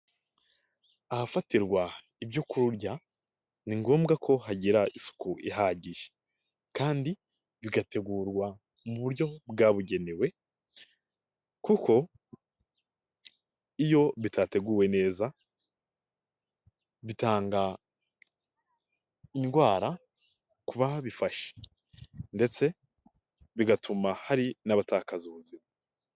Ahafatirwa ibyo kurya ni ngombwa ko hagira isuku ihagije kandi bigategurwa mu buryo bwabugenewe, kuko iyo bitateguwe neza, bitanga indwara kuba babifashe ndetse bigatuma hari n'abatakaza ubuzima.